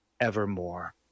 evermore